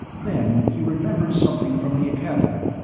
then he remembered something from the academy.